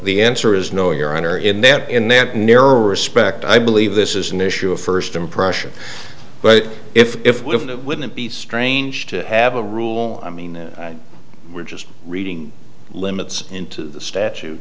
the answer is no your honor in that in that narrow respect i believe this is an issue of first impression but if it wouldn't be strange to have a rule i mean we're just reading limits into the statu